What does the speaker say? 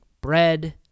bread